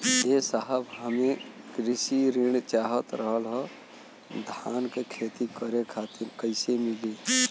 ए साहब हमके कृषि ऋण चाहत रहल ह धान क खेती करे खातिर कईसे मीली?